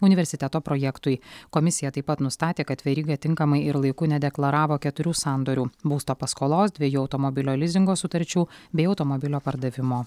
universiteto projektui komisija taip pat nustatė kad veryga tinkamai ir laiku nedeklaravo keturių sandorių būsto paskolos dviejų automobilio lizingo sutarčių bei automobilio pardavimo